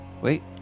Wait